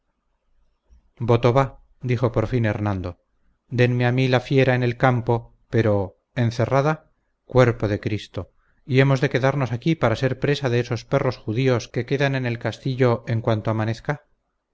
voto va dijo por fin hernando denme a mí la fiera en el campo pero encerrada cuerpo de cristo y hemos de quedarnos aquí para ser presa de esos perros judíos que quedan en el castillo en cuanto amanezca